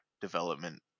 development